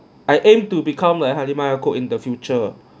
I aim to become a halimah yacob in the future